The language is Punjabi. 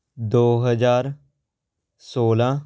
ਦੋ ਹਜ਼ਾਰ ਸੋਲਾਂ